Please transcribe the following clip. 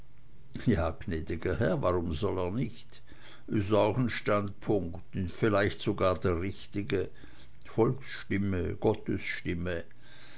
ja gnäd'ger herr warum soll er nich is auch n standpunkt und vielleicht sogar der richtige volksstimme